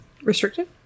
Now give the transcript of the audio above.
Restricted